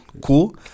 cool